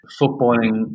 footballing